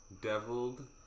Deviled